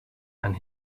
and